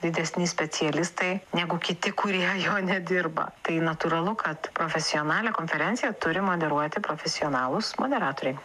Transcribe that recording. didesni specialistai negu kiti kurie jo nedirba tai natūralu kad profesionalią konferenciją turi moderuoti profesionalūs moderatoriai